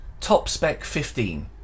TOPSPEC15